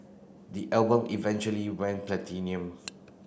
the album eventually went platinum